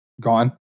gone